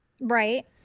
Right